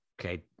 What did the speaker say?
Okay